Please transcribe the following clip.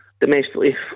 Domestically